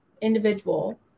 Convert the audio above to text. individual